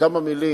כמה מלים